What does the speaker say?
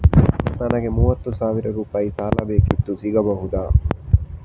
ನನಗೆ ಮೂವತ್ತು ಸಾವಿರ ರೂಪಾಯಿ ಸಾಲ ಬೇಕಿತ್ತು ಸಿಗಬಹುದಾ?